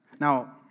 Now